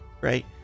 right